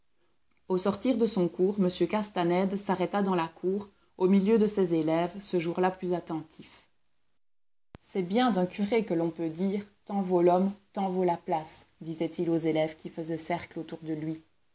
au sortir de son cours m castanède s'arrêta dans la cour au milieu de ses élèves ce jour-là plus attentifs c'est bien d'un curé que l'on peut dire tant vaut l'homme tant vaut la place disait-il aux élèves qui faisaient cercle autour de lui